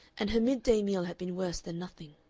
and her mid-day meal had been worse than nothing.